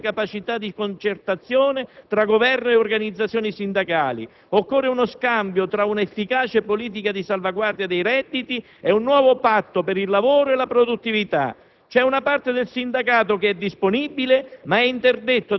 Per ridurre la spesa pubblica e migliorare la produttività occorre una grande capacità di concertazione tra Governo ed organizzazioni sindacali. Occorre uno scambio tra una efficace politica di salvaguardia dei redditi ed un nuovo patto per il lavoro e la produttività.